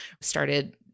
started